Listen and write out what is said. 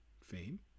fame